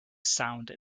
sound